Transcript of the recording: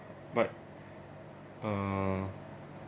but uh